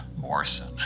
Morrison